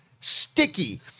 sticky